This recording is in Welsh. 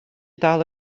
dal